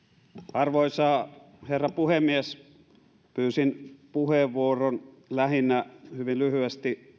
arvoisa herra puhemies pyysin puheenvuoron lähinnä tukeakseni hyvin lyhyesti